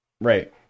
Right